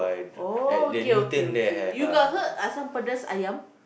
oh okay okay okay you got heard asam-pedas-ayam